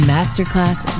Masterclass